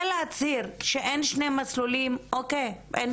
זה להצהיר שאין שני מסלולים, אין שני מסלולים.